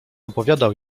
opowiadał